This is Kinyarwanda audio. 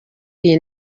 iyi